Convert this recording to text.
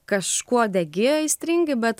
kažkuo degi aistringai bet